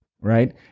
right